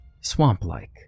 swamp-like